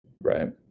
Right